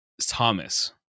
Thomas